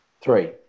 Three